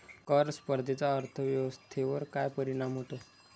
कर स्पर्धेचा अर्थव्यवस्थेवर काय परिणाम होतो?